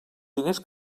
diners